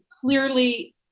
clearly